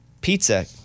Pizza